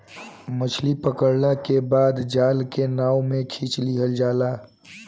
मछली पकड़ला के बाद जाल के नाव में खिंच लिहल जाला